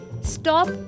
stop